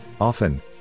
often